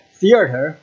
theater